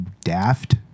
daft